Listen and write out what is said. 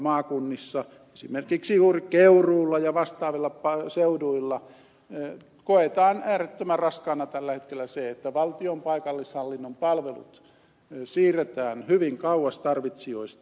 maakunnissa esimerkiksi juuri keuruulla ja vastaavilla seuduilla koetaan äärettömän raskaana tällä hetkellä se että valtion paikallishallinnon palvelut siirretään hyvin kauas tarvitsijoista